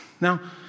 Now